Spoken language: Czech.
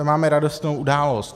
Máme radostnou událost.